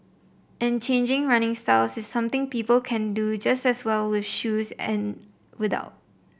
and changing running styles is something people can do just as well with shoes and without